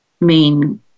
main